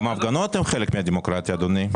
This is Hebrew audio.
גם הפגנות הן חלק מהדמוקרטיה, אדוני.